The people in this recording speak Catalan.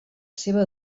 seva